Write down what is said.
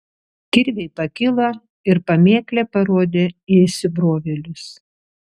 kirviai pakilo ir pamėklė parodė į įsibrovėlius